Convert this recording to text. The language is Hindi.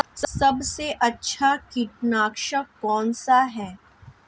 सबसे अच्छा कीटनाशक कौनसा है?